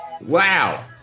Wow